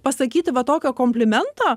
pasakyti va tokio komplimento